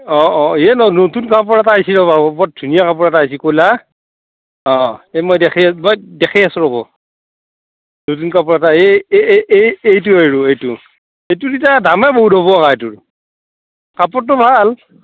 অঁ অঁ এই নতুন কাপোৰ এটা আহিছে ৰ'ব বৰ ধুনীয়া কাপোৰ এটা আইছি ক'লা অঁ এই মই দেখে মই দেখে আছোঁ ৰ'ব নতুন কাপোৰ এটা এই এইটো আৰু এইটো এইটোৰ এতিয়া দামে বহুত হ'ব হ'ব আকা এইটোৰ কাপোৰটো ভাল